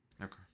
Okay